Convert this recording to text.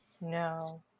No